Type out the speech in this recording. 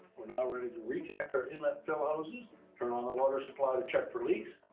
we're now ready to reconnect our inlet fill hose. just turn on the water supply the check for leaks,